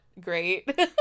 great